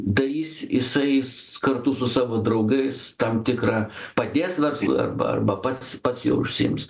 darys jisai s kartu su savo draugais tam tikrą padės verslui arba arba pats pats juo užsiims